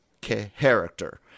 character